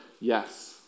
yes